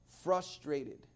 frustrated